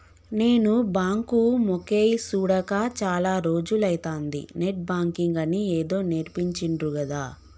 నేను బాంకు మొకేయ్ సూడక చాల రోజులైతంది, నెట్ బాంకింగ్ అని ఏదో నేర్పించిండ్రు గదా